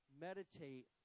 Meditate